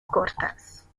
cortas